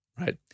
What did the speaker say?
right